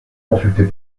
consultait